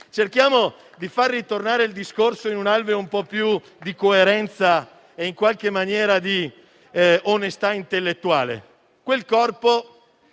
Cerchiamo di far ritornare il discorso in un alveo un po' più di coerenza e, in qualche maniera, di onestà intellettuale. Quel Corpo